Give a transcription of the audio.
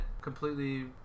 completely